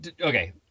okay